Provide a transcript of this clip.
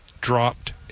dropped